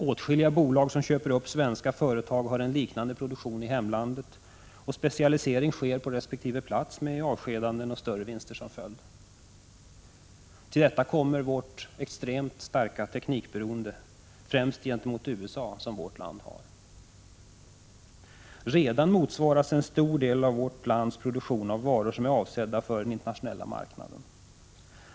Åtskilliga bolag som köper upp svenska företag har en liknande produktion i hemlandet, och specialisering sker på resp. plats med avskedanden och större vinster som följd. Till detta kommer det stora teknikberoende, främst gentemot USA, som vårt land har. Redan motsvaras en stor del av vårt lands produktion av varor som är avsedda för den internationella marknaden.